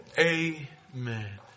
Amen